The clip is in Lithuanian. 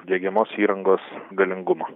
diegiamos įrangos galingumo